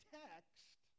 text